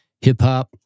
hip-hop